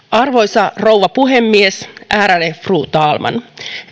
arvoisa rouva puhemies ärade fru talman